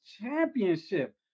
Championship